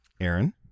Aaron